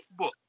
Facebook